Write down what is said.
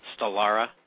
Stellara